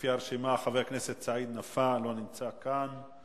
לפי הרשימה: חבר הכנסת סעיד נפאע, אינו נמצא כאן.